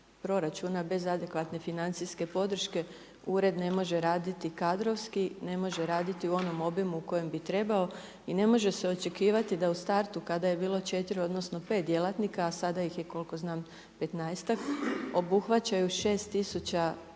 proračuna, bez adekvatne financijske podrške ured ne može raditi kadrovski, ne može raditi u onom obimu u kojem bi trebao i ne može se očekivati da u startu kada je bilo 4 odnosno 5 djelatnika, a sada ih je koliko znam 15-tak obuhvaćaju 6.000